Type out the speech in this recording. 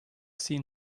seen